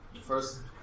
first